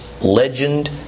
legend